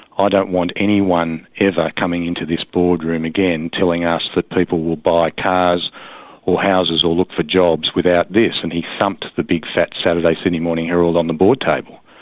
ah don't want anyone ever coming into this board room again telling us that people will buy cars or houses or look for jobs without this. and he thumped the big fat saturday sydney morning heraldon the board table.